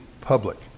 public